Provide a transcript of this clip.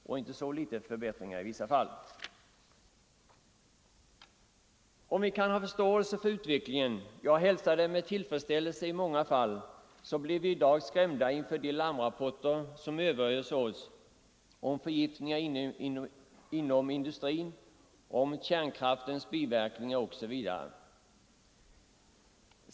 Om vi alltså kan ha förståelse för utvecklingen — eller hälsar den med tillfredsställelse i många fall — så blir vi i dag skrämda av de larmrapporter som vi överöses med om förgiftningar inom industrin, om kärnkraftens biverkningar osv.